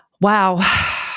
Wow